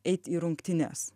eit į rungtynes